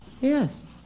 Yes